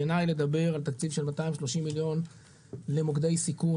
בעיניי לדבר על תקציב של 230 מיליון למוקדי סיכון,